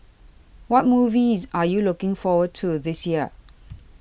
what movies are you looking forward to this year